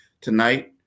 Tonight